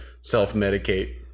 self-medicate